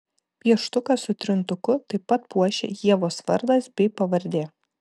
pieštuką su trintuku taip pat puošia ievos vardas bei pavardė